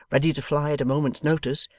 ready to fly at a moment's notice,